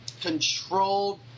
controlled